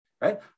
right